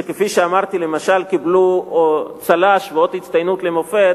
שכפי שאמרתי למשל קיבלו צל"ש ואות הצטיינות למופת